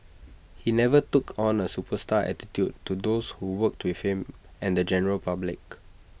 he never took on A superstar attitude to those who worked with him and the general public